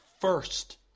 first